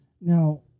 Now